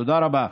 תודה רבה.